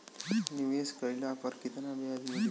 निवेश काइला पर कितना ब्याज मिली?